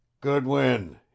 Goodwin